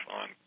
on